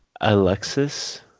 Alexis